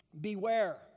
Beware